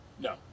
No